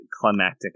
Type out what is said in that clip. climactic